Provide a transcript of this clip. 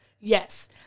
Yes